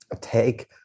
take